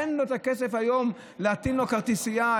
אין כסף היום להטעין לו כרטיסייה,